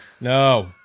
No